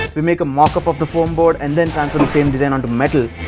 we make a mock-up of the foamboard and then transfer the same design onto metal.